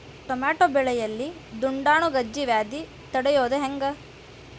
Tomato ಬೆಳೆಯಲ್ಲಿ ದುಂಡಾಣು ಗಜ್ಗಿ ವ್ಯಾಧಿ ತಡಿಯೊದ ಹೆಂಗ್?